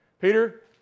Peter